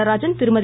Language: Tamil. நடராஜன் திருமதி